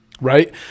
right